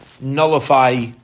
nullify